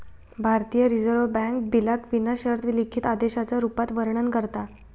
भारतीय reserve bank बिलाक विना शर्त लिखित आदेशाच्या रुपात वर्णन करता